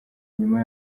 nyuma